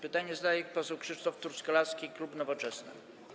Pytanie zadaje poseł Krzysztof Truskolaski, klub Nowoczesna.